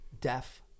deaf